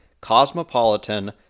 cosmopolitan